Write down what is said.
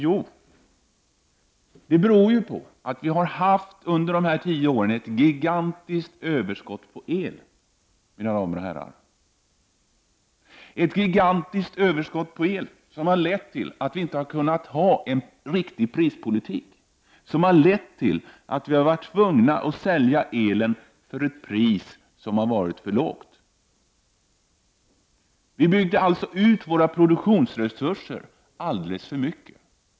Jo, det beror på att vi under dessa tio år har haft ett gigantiskt överskott på el, mina damer och herrar. Detta överskott har lett till att vi inte har kunnat föra en riktig prispolitik och till att vi har tvingats att sälja elen till ett pris som har varit för lågt. Vi byggde alltså ut våra produktionsresurser alldeles för mycket.